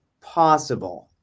possible